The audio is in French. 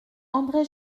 andré